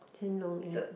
Quan-Long in